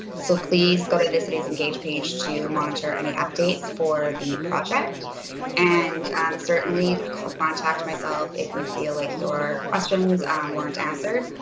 so please go to the cities engage page to monitor any updates for the project and certainly contact myself if you feel like your questions weren't answered.